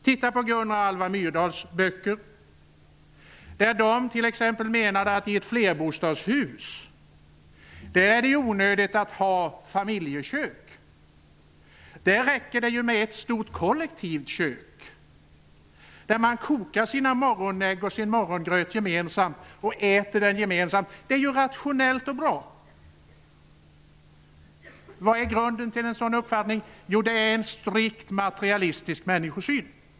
Titta på Gunnar och Alvar Myrdals böcker, där de t.ex. menade att det i ett flerbostadshus är onödigt att ha familjekök. Där räcker det med ett stort kollektivt kök, där man kokar sina morgonägg och sin morgongröt gemensamt och sedan äter gemensamt. Det är ju rationellt och bra. Vad är grunden till en sådan uppfattning? Jo, det är en strikt materialistisk människosyn.